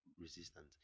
resistant